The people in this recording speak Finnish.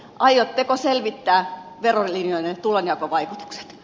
aiotteko selvittää verolinjojenne tulonjakovaikutukset